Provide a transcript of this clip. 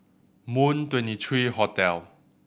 Moon Twenty three Hotel